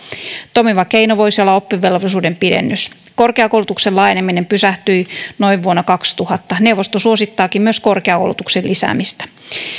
toimiva keino voisi olla oppivelvollisuuden pidennys korkeakoulutuksen laajeneminen pysähtyi noin vuonna kaksituhatta neuvosto suosittaakin myös korkeakoulutuksen lisäämistä